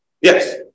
Yes